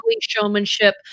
showmanship